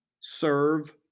serve